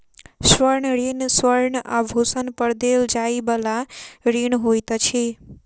स्वर्ण ऋण स्वर्ण आभूषण पर देल जाइ बला ऋण होइत अछि